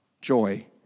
joy